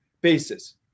basis